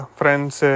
friends